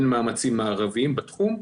אין מאמצים מערביים בתחום,